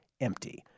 empty